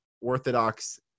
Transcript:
Orthodox